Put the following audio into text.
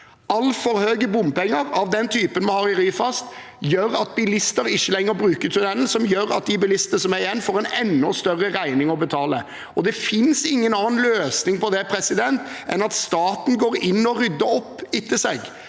altfor høy andel bompenger av den typen vi har i Ryfast, gjør at bilistene ikke lenger bruker tunnelen, og det gjør at de bilistene som er igjen, får en enda større regning å betale. Det finnes ingen annen løsning på det enn at staten går inn og rydder opp etter seg.